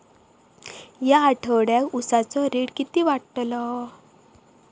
या आठवड्याक उसाचो रेट किती वाढतलो?